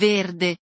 Verde